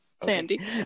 Sandy